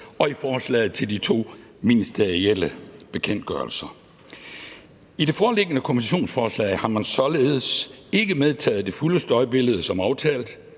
og i forslaget til de to ministerielle bekendtgørelser. I det foreliggende kompensationsforslag har man således ikke medtaget det fulde støjbillede som aftalt.